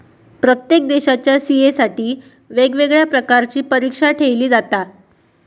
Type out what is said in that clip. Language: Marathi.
प्रत्येक देशाच्या सी.ए साठी वेगवेगळ्या प्रकारची परीक्षा ठेयली जाता